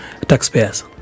taxpayers